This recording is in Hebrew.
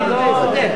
טיבי.